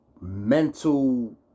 mental